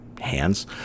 hands